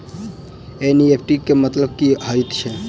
NEFT केँ मतलब की हएत छै?